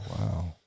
Wow